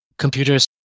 Computers